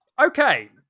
okay